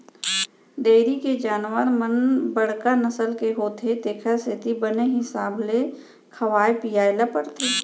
dairy के जानवर मन बड़का नसल के होथे तेकर सेती बने हिसाब ले खवाए पियाय ल परथे